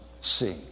see